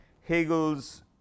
Hegel's